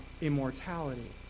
immortality